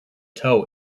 toe